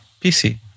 PC